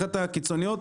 אחת הקיצוניות,